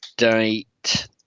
Date